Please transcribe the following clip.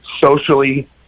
socially